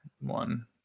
one